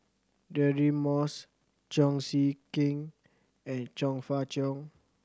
Deirdre Moss Cheong Siew Keong and Chong Fah Cheong